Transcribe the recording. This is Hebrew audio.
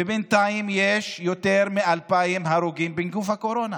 ובינתיים יש יותר מ-2,000 הרוגים מנגיף הקורונה?